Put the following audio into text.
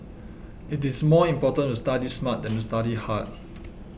it is more important to study smart than to study hard